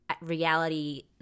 Reality